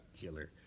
killer